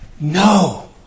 No